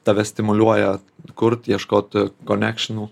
tave stimuliuoja kurti ieškoti konekšinų